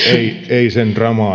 ei sen